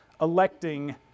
electing